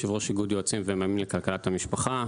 יו"ר איגוד יועצים ומאמנים לכלכלת משפחה.